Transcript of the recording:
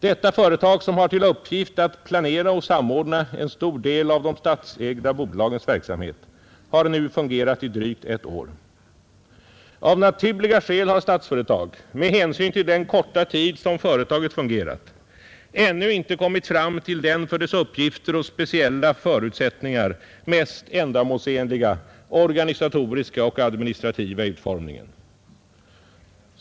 Detta företag, som har till uppgift att planera och samordna en stor del av de statsägda bolagens verksamhet, har nu fungerat i drygt ett år. Av naturliga skäl har Statsföretag, med hänsyn till den korta tid som företaget fungerat, ännu inte kommit fram till den för dess uppgifter och speciella förutsättningar mest ändamålsenliga organisatoriska och administrativa utformningen.